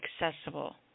accessible